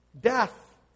Death